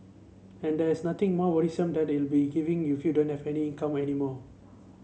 and there's nothing more worrisome than it being giving you feel don't have any income any more